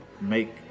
make